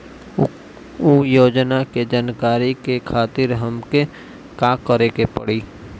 उ योजना के जानकारी के खातिर हमके का करे के पड़ी?